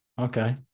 Okay